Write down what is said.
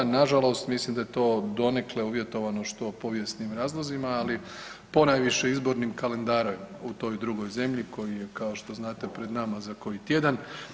Na žalost, mislim da je to donekle uvjetovano što povijesnim razlozima, ali ponajviše izbornim kalendarom u toj drugoj zemlji koji je kao što znate pred nama za koji tjedan.